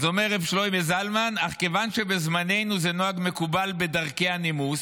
אז אומר רב שלמה זלמן: אך כיוון שבזמננו זה נוהג מקובל בדרכי הנימוס,